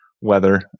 weather